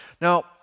now